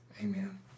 amen